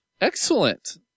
Excellent